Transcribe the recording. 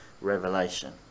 revelation